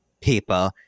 People